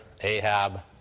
Ahab